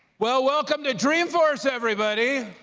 well, welcome to dreamforce, everybody.